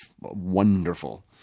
wonderful